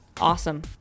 Awesome